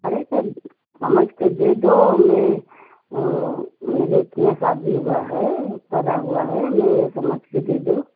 अरे सर समझ कर दे दो मैं ओ मेरे इतने सादी हुआ है पड़ा हुआ है मैं ये समझ के दे दो